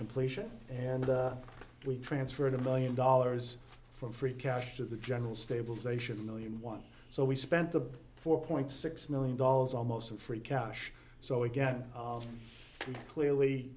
completion and we transferred a million dollars from free cash to the general stabilization million one so we spent a four point six million dollars almost in free cash so again clearly